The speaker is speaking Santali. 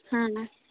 ᱦᱮᱸ